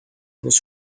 was